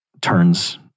turns